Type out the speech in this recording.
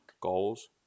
goals